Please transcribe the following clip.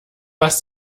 was